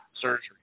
surgery